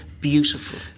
beautiful